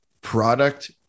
product